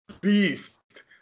Beast